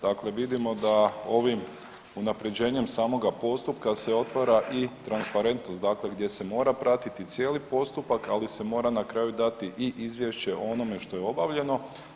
Dakle, vidimo da ovim unapređenjem samoga postupka se otvara i transparentnost, dakle gdje se mora pratiti cijeli postupak, ali se mora na kraju dati i izvješće o onome što je obavljeno.